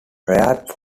reared